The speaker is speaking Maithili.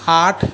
आठ